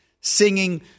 singing